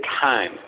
time